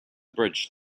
bridge